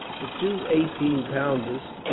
the two eighteen-pounders,